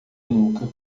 nunca